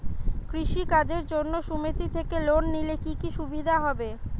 কৃষি কাজের জন্য সুমেতি থেকে লোন নিলে কি কি সুবিধা হবে?